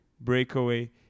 Breakaway